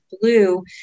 Blue